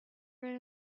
rid